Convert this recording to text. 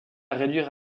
réduire